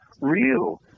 real